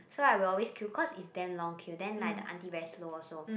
so I will always queue cause it's damn long queue then like the aunty very slow also